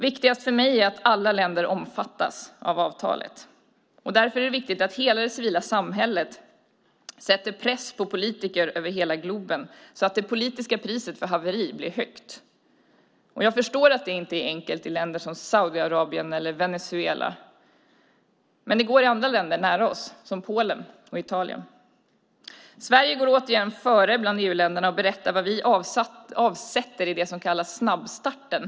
Viktigast för mig är att alla länder omfattas av avtalet. Därför är det viktigt att hela det civila samhället sätter press på politiker över hela globen så att det politiska priset för haveri blir högt. Jag förstår att det inte är enkelt i länder som Saudiarabien eller Venezuela. Men det går i andra länder nära oss, som Polen och Italien. Sverige går återigen före bland EU-länderna och berättar vad vi avsätter i det som kallas snabbstarten.